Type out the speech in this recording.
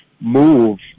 move